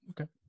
Okay